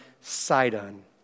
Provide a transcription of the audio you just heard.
Sidon